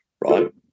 right